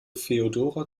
feodora